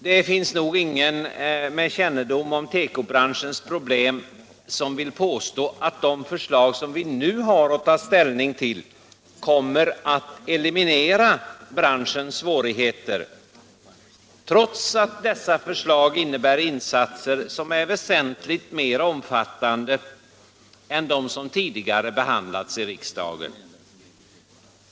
Det finns nog ingen med kännedom om tekobranschens problem som 107 vill påstå att de förslag som vi nu har att ta ställning till kommer att eliminera branschens svårigheter, trots att dessa förslag innebär insatser som är väsentligt mer omfattande än de som tidigare behandlats i riksdagen.